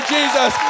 Jesus